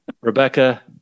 Rebecca